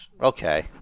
Okay